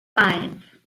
five